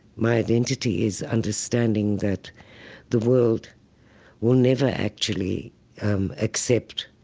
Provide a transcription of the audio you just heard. my identity is understanding that the world will never actually accept